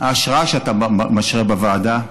ההשראה שאתה משרה בוועדה.